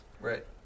Right